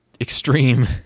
extreme